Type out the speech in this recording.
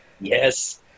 Yes